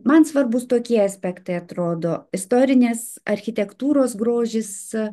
man svarbūs tokie aspektai atrodo istorinės architektūros grožis